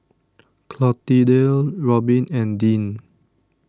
Clotilde Robbin and Deann